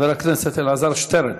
חבר הכנסת אלעזר שטרן,